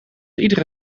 iedere